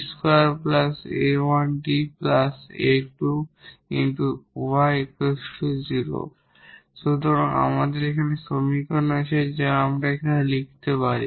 সুতরাং আমাদের এই সমীকরণ আছে যা আমরা এখন লিখতে পারি